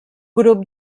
grup